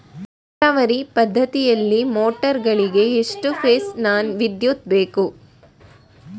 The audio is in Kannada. ನೀರಾವರಿ ಪದ್ಧತಿಯಲ್ಲಿ ಮೋಟಾರ್ ಗಳಿಗೆ ಎಷ್ಟು ಫೇಸ್ ನ ವಿದ್ಯುತ್ ಬೇಕು?